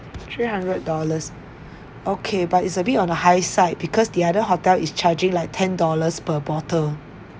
three hundred dollars okay but it's a bit on the high side because the other hotel is charging like ten dollars per bottle